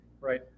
Right